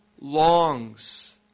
longs